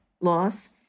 loss